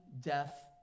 death